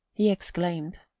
he exclaimed.